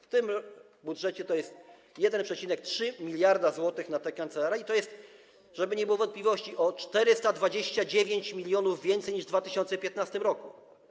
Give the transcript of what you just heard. W tym budżecie jest 1,3 mld zł na te kancelarie i to jest, żeby nie było wątpliwości, o 429 mln więcej niż w 2015 r.